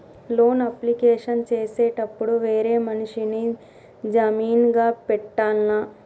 Loan application చేసేటప్పుడు వేరే మనిషిని జామీన్ గా పెట్టాల్నా?